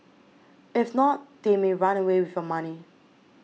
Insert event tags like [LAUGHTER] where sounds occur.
if not they may run away with [HESITATION] money